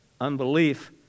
unbelief